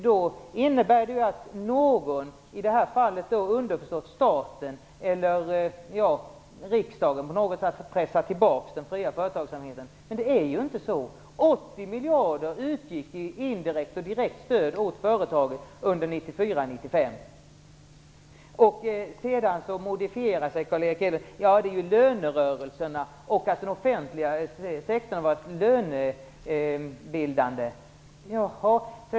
Det innebär att någon - i detta fall är det underförstått staten eller riksdagen - på något sätt pressat tillbaks den fria företagsamheten. Det är inte så. 80 miljarder utgick i indirekt och direkt stöd åt företagen under 1994/95. Carl Erik Hedlund modifierar sig och säger att den offentliga sektorn varit lönebildande i lönerörelsen.